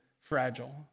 fragile